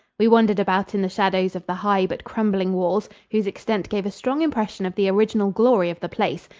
we wandered about in the shadows of the high but crumbling walls, whose extent gave a strong impression of the original glory of the place,